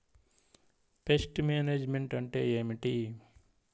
Pest management అంటే ఏమిటి?